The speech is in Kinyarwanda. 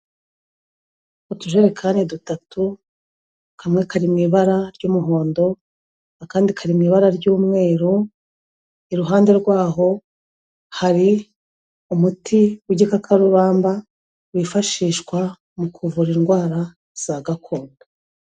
Utujerekani dutatu, kamwe kari mu ibara ry'umuhondo akandi kari mu ibara ry'umweru, iruhande rwaho hari umuti w'igikakarubamba wifashishwa mu kuvura indwara za gakondo.